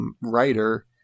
writer